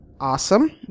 Awesome